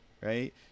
Right